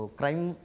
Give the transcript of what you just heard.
crime